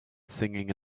singing